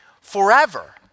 forever